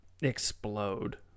explode